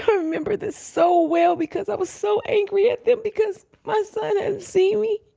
remember this so well because i was so angry at them, because my son had seen me